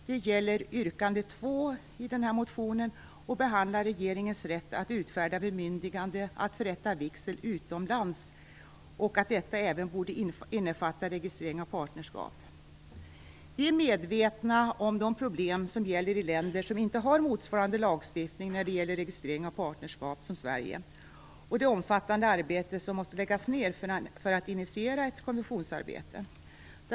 Det gäller yrkande 2 i motionen, som behandlar regeringens rätt att utfärda bemyndigande att förrätta vigsel utomlands och att detta även borde innefatta registrering av partnerskap. Vi är medvetna om de problem som gäller i länder som inte har motsvarande lagstiftning när det gäller registrering av partnerskap som Sverige har och det omfattande arbete som måste läggas ned för att initiera ett konventionsarbete.